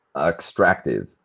extractive